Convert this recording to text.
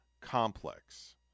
complex